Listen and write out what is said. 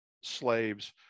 slaves